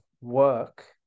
Work